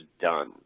done